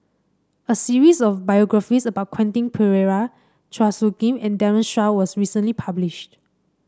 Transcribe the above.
a series of biographies about Quentin Pereira Chua Soo Khim and Daren Shiau was recently published